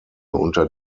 unter